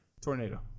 Tornado